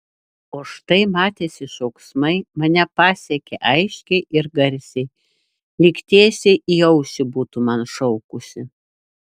o štai matėsi šauksmai mane pasiekė aiškiai ir garsiai lyg tiesiai į ausį būtų man šaukusi